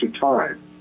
time